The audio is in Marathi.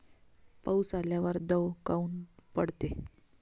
पाऊस आल्यावर दव काऊन पडते?